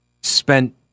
Spent